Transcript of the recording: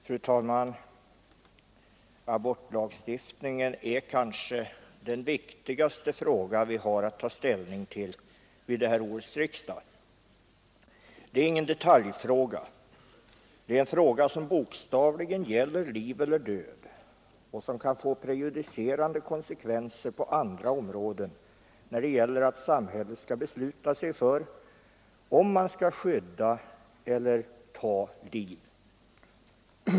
Fru talman! Abortlagstiftningen är kanske den viktigaste fråga vi har att ta ställning till vid detta års riksdag. Det är ingen detaljfråga. Det är en fråga som bokstavligen gäller liv eller död och som kan få prejudicerande konsekvenser på andra områden när det gäller att samhället skall besluta sig för om man skall skydda eller utsläcka liv.